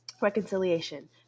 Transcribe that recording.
reconciliation